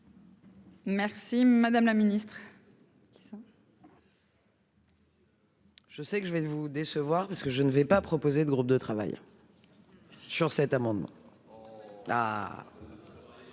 Merci madame la ministre.